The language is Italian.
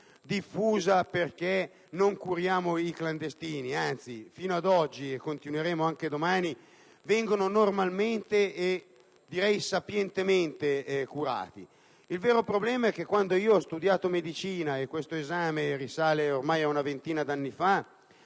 diffusa perché non curiamo i clandestini, anzi fino ad oggi - e continueremo anche domani - essi vengono normalmente e direi sapientemente curati. Quando ho studiato medicina - e questo esame risale ormai ad una ventina di anni fa